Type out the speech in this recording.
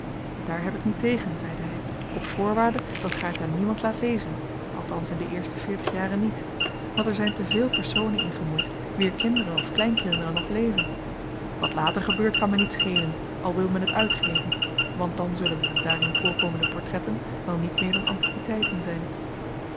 daar heb ik niet tegen zeide hij op voorwaarde dat gij het aan niemand laat lezen althans in de eerste veertig jaren niet want er zijn te veel personen in gemoeid wier kinderen of kleinkinderen nog leven wat later gebeurt kan mij niet schelen al wil men het uitgeven want dan zullen de daarin voorkomende portretten wel niet meer dan antiquiteiten zijn